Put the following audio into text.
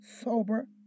sober